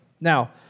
Now